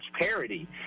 parity